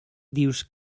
dius